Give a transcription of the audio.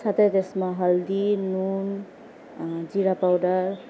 साथै त्यसमा हर्दी नुन जिरा पाउडर